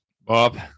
Bob